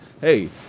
hey